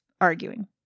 arguing